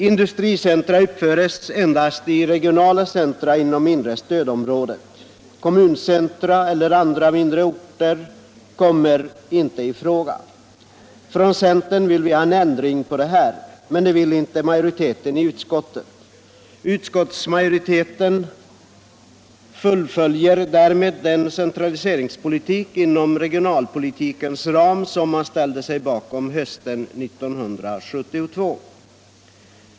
Industricentra uppföres endast i regionala centra inom inre stödområdet. Kommuncentra eller andra mindre orter kommer inte i fråga. Vi i centern vill ha en ändring på detta förhållande, men det vill inte majoriteten i utskottet. Utskottsmajoriteten fullföljer därmed den centra 151 liseringssträvan inom regionalpolitikens ram som man ställde sig bakom hösten 1972.